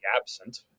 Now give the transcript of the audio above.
absent